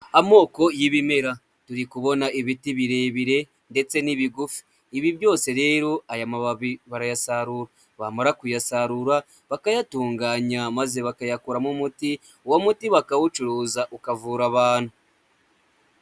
Amoko y'ibimera, turi kubona ibiti birebire ndetse n'ibigufi, ibi byose rero, aya mababi barayasarura; bamara kuyasarura bakayatunganya maze bakayakuramo umuti, uwo muti bakawucuruza ukavura abantu.